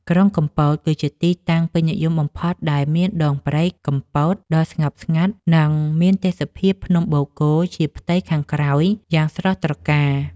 ក្រុងកំពតគឺជាទីតាំងពេញនិយមបំផុត ដែលមានដងព្រែកកំពតដ៏ស្ងប់ស្ងាត់ និងមានទេសភាពភ្នំបូកគោជាផ្ទៃខាងក្រោយយ៉ាងស្រស់ត្រកាល។